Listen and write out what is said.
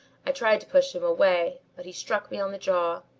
i tried to push him away, but he struck me on the jaw.